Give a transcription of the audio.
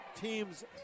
team's